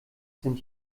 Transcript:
sind